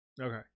okay